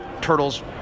Turtles